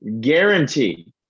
guarantee